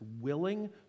willing